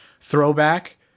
throwback